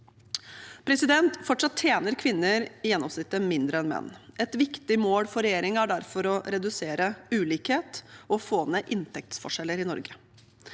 Fortsatt tjener kvinner i gjennomsnitt mindre enn menn. Et viktig mål for regjeringen er derfor å redusere ulikhet og få ned inntektsforskjeller i Norge.